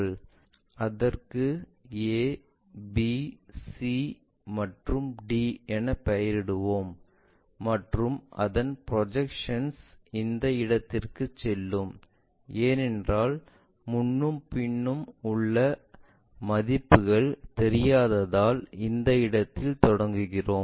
அதன் புள்ளிகளுக்கு a b c மற்றும் d என பெயரிடுவோம் மற்றும் அதன் ப்ரொஜெக்ஷன்ஸ் இந்த இடத்திற்குச் செல்லும் ஏனென்றால் முன்னும் பின்னும் உள்ள மதிப்புகள் தெரியாததால் இந்த இடத்தில் தொடங்குகிறோம்